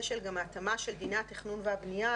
של גם ההתאמה של דיני התכנון והבנייה,